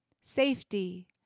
safety